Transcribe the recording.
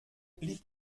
blieb